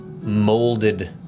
molded